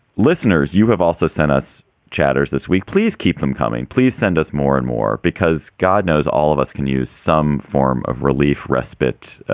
listeners, you have also sent us chatters this week. please keep them coming. please send us more and more because god knows all of us can use some form of relief, respite,